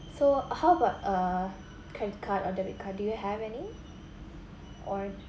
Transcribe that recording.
so how about a credit card or debit card do you have any or